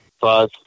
Five